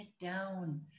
down